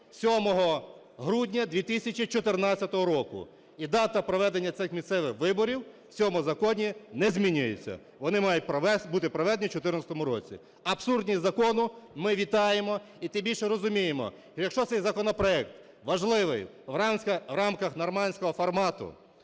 7 грудня 2014 року. І дата проведення цих місцевих виборів в цьому законі не змінюється. Вони мають бути проведені в 14-му році. Абсурдність закону ми вітаємо. І тим більше, розуміємо, якщо цей законопроект важливий в рамках "нормандського формату",